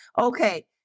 okay